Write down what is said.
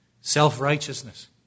Self-righteousness